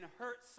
hurt